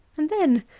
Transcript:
and then,